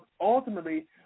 ultimately